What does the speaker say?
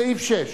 סעיף 6,